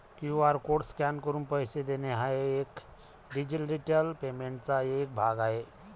QR code scan करून पैसे देणे हा डिजिटल पेमेंटचा एक भाग आहे